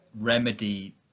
remedy